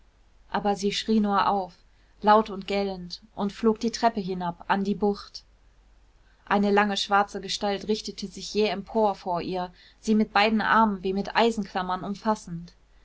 aber sie schrie nur auf laut und gellend und flog die treppe hinab an die bucht eine lange schwarze gestalt richtete sich jäh empor vor ihr sie mit beiden armen wie mit eisenklammern umfassend